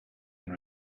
and